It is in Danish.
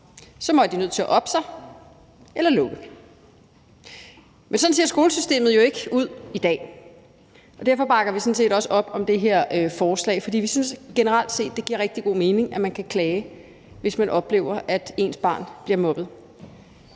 man være nødt til at oppe sig eller også lukke. Man sådan ser skolesystemet jo ikke ud i dag, og derfor bakker vi sådan set også op om det her forslag. For vi synes generelt set, det giver rigtig god mening, at man kan klage, hvis man oplever, at ens barn bliver mobbet.